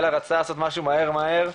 אלא רצתה לעשות משהו מהר מהר,